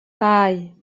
dau